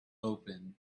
opened